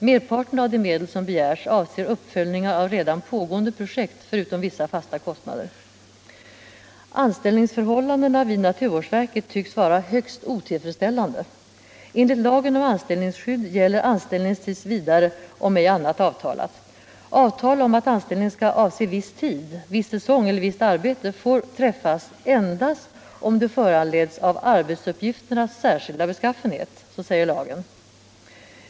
Merparten av de medel som begärs avser uppföljningar av redan pågående projekt förutom vissa fasta kostnader. Anställningsförhållandena vid naturvårdsverket tycks vara högst otillfredsställande. Enligt lagen om anställningsskydd gäller anställning tills vidare, om ej annat avtalats. Avtal om att anställning skall avse viss tid, viss säsong eller visst arbete får träffas endast om det föranleds av arbetsuppgifternas särskilda beskaffenhet. Så säger lagen.